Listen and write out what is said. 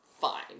Fine